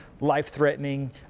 life-threatening